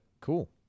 cool